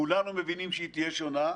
כולנו מבינים שהיא תהיה שונה,